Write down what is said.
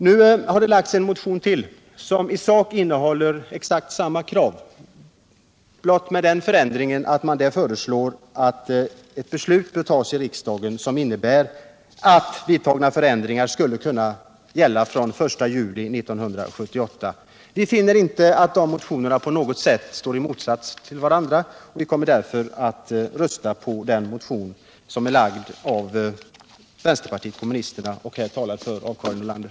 Nu har det väckts en motion till, som i sak innehåller samma krav. Enda skillnaden är att man där föreslår att ett beslut tas i riksdagen som innebär att vidtagna förändringar skulle kunna gälla från den 1 juli 1978. Vi finner inte att de här motionerna på något sätt står i motsats till varandra. Vi kommer därför att rösta på den motion som väckts av vänsterpartiet kommunisterna och som Karin Nordlander har talat för.